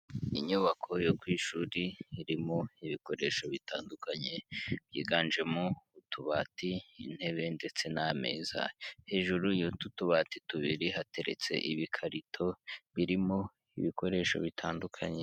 Inyubako yo ku ishuri irimo ibikoresho bitandukanye byiganjemo utubati, intebe ndetse n'ameza, hejuru y'utu tubati tubiri hateretse ibikarito birimo ibikoresho bitandukanye.